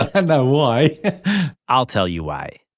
and but why i'll tell you why.